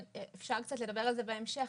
אפשר קצת לדבר על זה בהמשך,